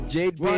Jade